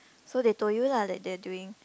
so they told you lah that they're doing